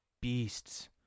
beasts